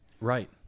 Right